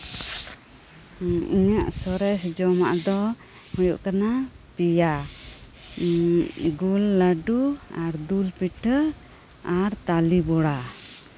ᱤᱧᱟᱹᱜ ᱥᱚᱨᱮᱥ ᱡᱚᱢᱟᱜ ᱫᱚ ᱦᱳᱭᱳᱜ ᱠᱟᱱᱟ ᱯᱮᱭᱟ ᱜᱩᱲ ᱞᱟᱹᱰᱩ ᱫᱩᱞ ᱯᱤᱴᱷᱟᱹ ᱟᱨ ᱛᱟᱞᱮᱵᱚᱲᱟ